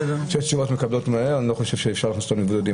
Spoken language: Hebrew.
אז התשובות מגיעות מהר ואני לא חושב שאפשר להכניס אותם למבודדים,